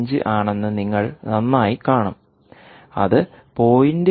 5 ആണെന്ന് നിങ്ങൾ നന്നായി കാണും അത് 0